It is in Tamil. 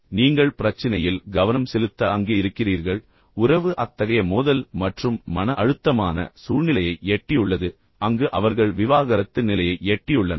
ஆனால் நீங்கள் பிரச்சினையில் கவனம் செலுத்த அங்கே இருக்கிறீர்கள் இங்குள்ள பிரச்சனை என்னவென்றால் உறவு அத்தகைய மோதல் மற்றும் மன அழுத்தமான சூழ்நிலையை எட்டியுள்ளது அங்கு அவர்கள் விவாகரத்து நிலையை எட்டியுள்ளனர்